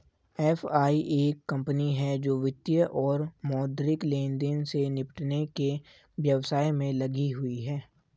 FI एक company है जो वित्तीय और मौद्रिक लेनदेन से निपटने के व्यवसाय में लगी हुई है